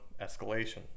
escalation